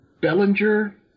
Bellinger